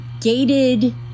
gated